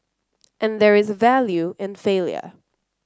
and there is value in failure